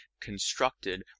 constructed